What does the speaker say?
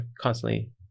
constantly